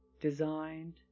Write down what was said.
designed